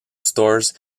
stores